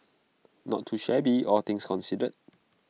not too shabby all things considered